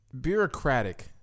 bureaucratic